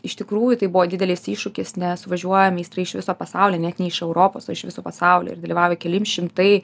iš tikrųjų tai buvo didelis iššūkis nes važiuoja meistrai iš viso pasaulio net ne iš europos o iš viso pasaulio ir dalyvavo keli šimtai